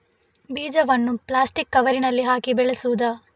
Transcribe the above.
ಬೀಜವನ್ನು ಪ್ಲಾಸ್ಟಿಕ್ ಕವರಿನಲ್ಲಿ ಹಾಕಿ ಬೆಳೆಸುವುದಾ?